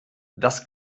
das